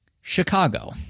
Chicago